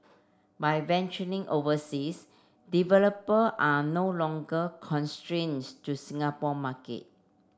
by venturing overseas developer are no longer constrains to Singapore market